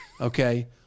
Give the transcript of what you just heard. Okay